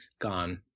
gone